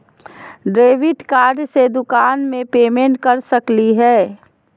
Debit card से दुकान में पेमेंट कर सकली हई?